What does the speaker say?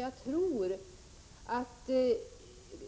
Jag tror nämligen att man